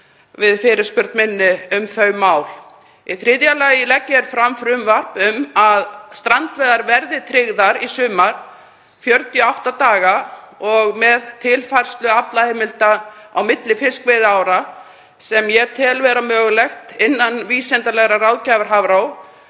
við fyrirspurn minni um þau mál. Í þriðja lagi legg ég fram frumvarp um að strandveiðar verði tryggðar í sumar, í 48 daga, með tilfærslu aflaheimilda milli fiskveiðiára, sem ég tel vera mögulegt, innan vísindalegrar ráðgjafar Hafró.